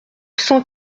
cent